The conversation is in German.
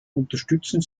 unterstützen